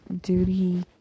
duty